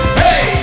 hey